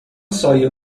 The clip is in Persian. سایه